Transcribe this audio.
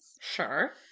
Sure